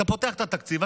אתה פותח את התקציב,